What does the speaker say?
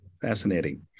Fascinating